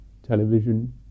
Television